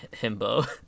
himbo